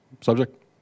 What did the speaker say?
subject